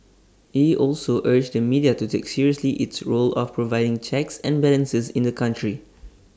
he also urged the media to take seriously its role of providing checks and balances in the country